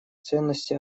ценности